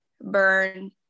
burn